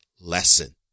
lesson